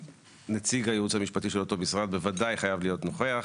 נציג הייעוץ המשפטי של אותו משרד בוודאי חייב להיות נוכח.